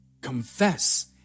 confess